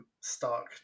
stark